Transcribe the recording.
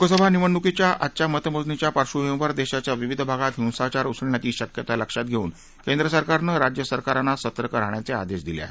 लोकसभा निवडणुकीच्या आजच्या मतमोजणीच्या पार्बभूमीवर देशाच्या विविध भागात हिंसाचार उसळण्याची शक्यता लक्षात घेऊन केंद्र सरकारनं राज्य सरकारांना सतर्क राहण्याचे आदेश दिले आहेत